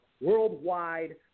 worldwide